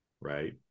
right